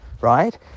right